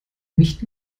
nicht